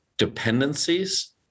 dependencies